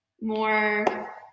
more